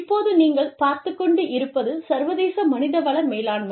இப்போது நீங்கள் பார்த்துக் கொண்டு இருப்பது சர்வதேச மனித வள மேலாண்மை